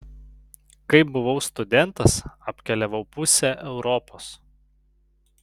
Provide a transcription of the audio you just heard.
kai buvau studentas apkeliavau pusę europos